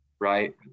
Right